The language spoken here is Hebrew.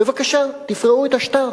בבקשה, תפרעו את השטר.